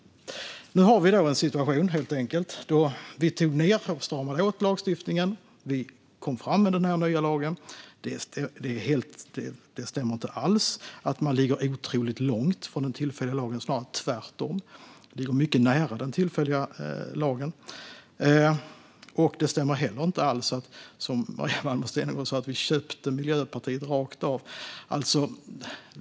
Nu har vi helt enkelt en situation där vi har stramat åt lagstiftningen. Vi kom fram med den här nya lagen. Det stämmer inte alls att den ligger otroligt långt från den tillfälliga lagen. Det är snarare tvärtom: Den ligger mycket nära den tillfälliga lagen. Det stämmer heller inte alls att, som Maria Malmer Stenergard sa, vi köpte Miljöpartiets politik rakt av.